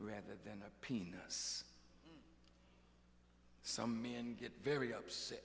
rather than a penis some men get very upset